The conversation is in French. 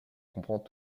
comprends